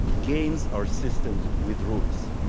games are systems with rules.